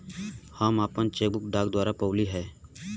हम आपन cheque book डाक द्वारा पउली है